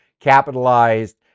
capitalized